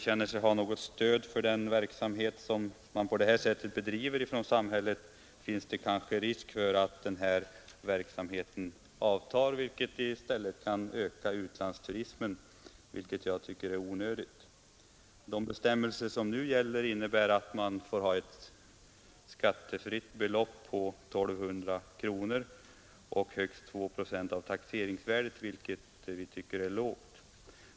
Känner man sig inte ha något stöd från samhället finns det kanske risk för att den här verksamheten avtar, något som i stället kan öka utlandsturismen, och det tycker jag är onödigt. De nuvarande bestämmelserna innebär att man har ett skattefritt belopp på 1 200 kronor eller högst 2 procent av taxeringsvärdet, vilket vi tycker är mycket lågt.